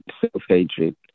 self-hatred